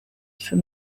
for